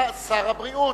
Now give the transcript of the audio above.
אתה שר הבריאות,